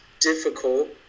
difficult